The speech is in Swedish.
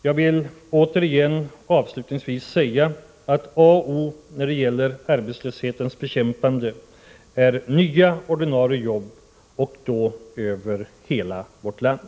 Jag vill avslutningsvis återigen säga att a och o när det gäller arbetslöshetens bekämpande är nya ordinarie jobb och då över hela vårt land.